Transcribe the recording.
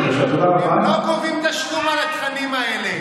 הם נותנים לציבור לצפות בתכנים האלה